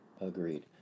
Agreed